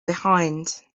behind